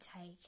take